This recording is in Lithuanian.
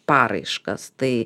paraiškas tai